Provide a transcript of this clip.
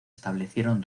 establecieron